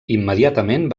immediatament